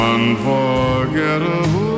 unforgettable